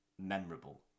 memorable